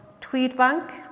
Tweedbank